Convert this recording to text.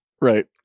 Right